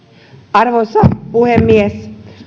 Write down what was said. arvoisa puhemies